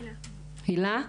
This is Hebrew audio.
הילה.